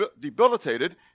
debilitated